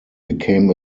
became